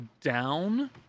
down